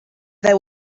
there